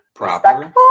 respectful